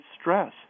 stress